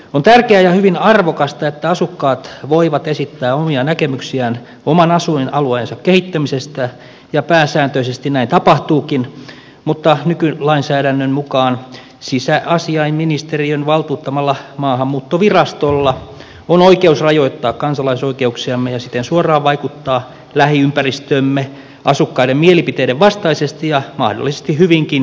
on tärkeää ja hyvin arvokasta että asukkaat voivat esittää omia näkemyksiään oman asuinalueensa kehittämisestä ja pääsääntöisesti näin tapahtuukin mutta nykylainsäädännön mukaan sisäasiainministeriön valtuuttamalla maahanmuuttovirastolla on oikeus rajoittaa kansalaisoikeuksiamme ja siten suoraan vaikuttaa lähiympäristöömme asukkaiden mielipiteiden vastaisesti ja mahdollisesti hyvinkin kielteisin vaikutuksin